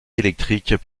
électriques